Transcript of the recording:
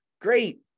great